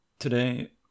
Today